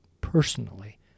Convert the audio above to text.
personally